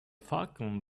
falcon